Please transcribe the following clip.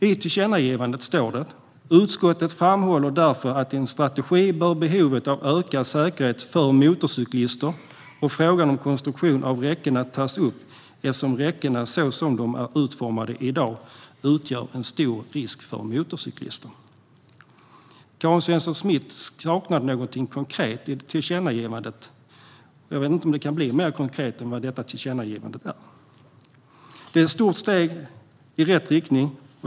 I tillkännagivandet sägs: "Utskottet framhåller därför att behovet av en ökad säkerhet för motorcyklister och frågan om vägräckenas konstruktion bör tas upp i en strategi eftersom räckena såsom de är utformade i dag utgör en stor risk för motorcyklister." Karin Svensson Smith saknade någonting konkret i tillkännagivandet. Jag vet inte om det kan bli mer konkret än vad detta tillkännagivande är. Det är ett stort steg i rätt riktning.